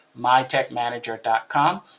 mytechmanager.com